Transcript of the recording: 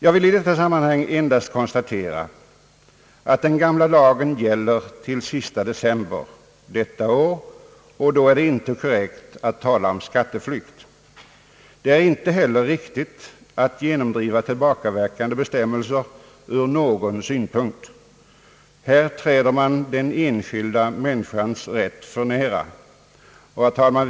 Jag vill i detta sammanhang endast konstatera att den gamla lagen gäller till den sista december detta år, och då är det inte korrekt att tala om skatteflykt. Det är inte heller ur någon synpunkt riktigt att genomdriva tillbakaverkande bestämmelser. Här träder man den enskilda människans rätt för nära. Herr talman!